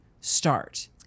start